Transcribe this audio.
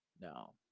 No